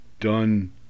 done